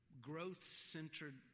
growth-centered